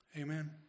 Amen